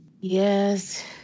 Yes